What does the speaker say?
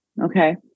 Okay